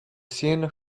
seen